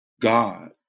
God